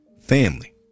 family